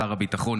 שר הביטחון,